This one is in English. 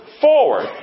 forward